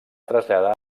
traslladar